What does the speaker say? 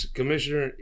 Commissioner